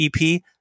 ep